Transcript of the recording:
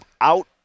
out